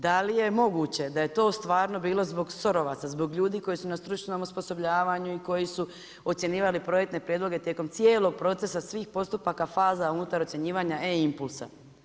Da li je moguće da je to stvarno bili zbog SOR-ovaca, zbog ljudi koji su na stručnom osposobljavanju i koji su ocjenjivali projektne prijedloge tijekom cijelog procesa, postupaka, faza unutar ocjenjivanja e-impulsa.